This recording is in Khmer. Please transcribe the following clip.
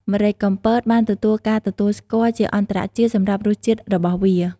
ម្រេចកំពតបានទទួលការទទួលស្គាល់ជាអន្តរជាតិសម្រាប់រសជាតិរបស់វា។